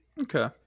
Okay